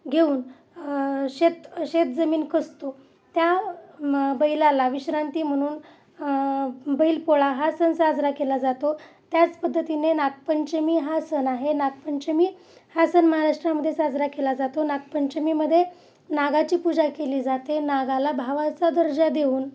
घेऊन शेत शेत जमीन कसतो त्या बैलाला विश्रांती म्हणून बैलपोळा हा सण साजरा केला जातो त्याच पद्धतीने नागपंचमी हा सण आहे नागपंचमी हा सण महाराष्ट्रामध्ये साजरा केला जातो नागपंचमीमध्ये नागाची पूजा केली जाते नागाला भावाचा दर्जा देऊन